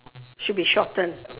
should be shortened